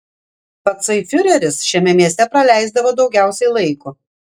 patsai fiureris šiame mieste praleisdavo daugiausiai laiko